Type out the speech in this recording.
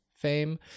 fame